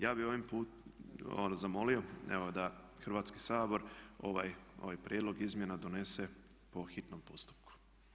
Ja bi ovim putem zamolio da Hrvatski sabor ovaj prijedlog izmjena donese po hitnom postupku.